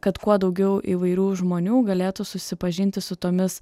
kad kuo daugiau įvairių žmonių galėtų susipažinti su tomis